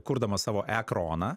kurdamas savo ekroną